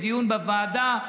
בדיון בוועדה.